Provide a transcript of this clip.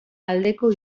aldeko